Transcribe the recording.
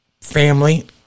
family